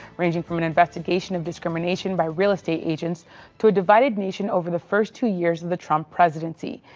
ranging from an investigation of discrimination by real estate agents to a divided nation over the first two years of the trump presidency.